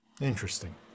interesting